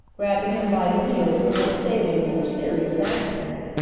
grabbing him by the heels and thus saving a more serious accident.